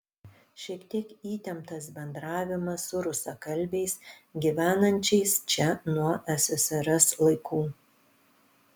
šiek tiek įtemptas bendravimas su rusakalbiais gyvenančiais čia nuo ssrs laikų